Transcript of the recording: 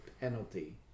penalty